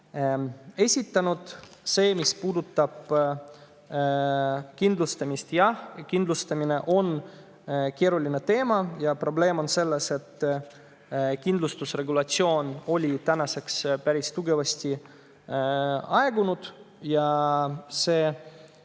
esitanud. Mis puudutab kindlustamist, siis jah, kindlustamine on keeruline teema ja probleem on selles, et kindlustusregulatsioon on tänaseks päris tugevasti aegunud. See